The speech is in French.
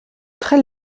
très